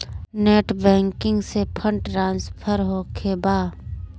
Net banking से fund transfer होखें बा?